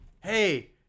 hey